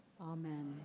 amen